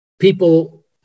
people